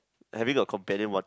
having accompany what